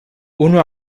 uno